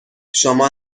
شما